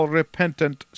repentant